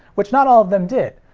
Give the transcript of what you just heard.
which not all of them did.